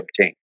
obtain